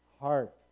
heart